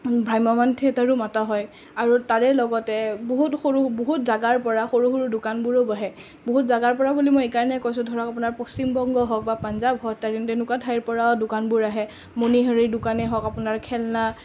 ভ্ৰাম্যমান থিয়েটাৰো মতা হয় আৰু তাৰে লগতে বহুত সৰু জেগাৰ পৰা সৰু সৰু দোকানবোৰো বহে বহুত জেগাৰ পৰা বুলি মই এইকাৰণেই কৈছোঁ ধৰক আপোনাৰ পশ্চিমবংগ হওক বা পাঞ্জাব হওক তেনেকুৱা ঠাইৰ পৰা দোকানবোৰ আহে মণিহাৰি দোকানেই হওক আপোনাৰ খেলনা